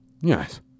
Yes